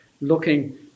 looking